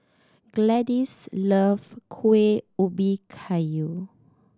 Gladyce love Kueh Ubi Kayu